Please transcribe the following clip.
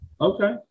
Okay